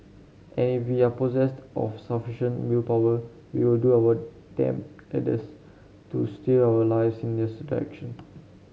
and if we are possessed of sufficient willpower we will do our to steer our lives in their